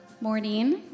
morning